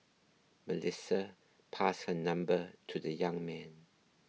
Melissa passed her number to the young man